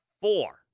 four